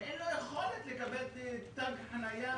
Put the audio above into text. ואין לו יכולת לקבל תוו חנייה